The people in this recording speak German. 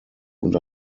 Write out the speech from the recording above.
und